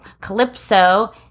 Calypso